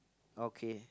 okay